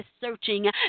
searching